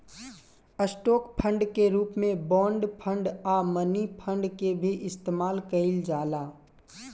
stock fund के रूप में बॉन्ड फंड आ मनी फंड के भी इस्तमाल कईल जाला